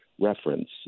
reference